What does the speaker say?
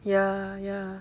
ya ya